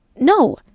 no